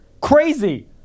Crazy